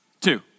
Two